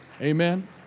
Amen